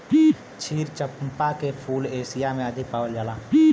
क्षीर चंपा के फूल एशिया में अधिक पावल जाला